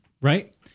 right